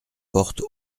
portes